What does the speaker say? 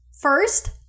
first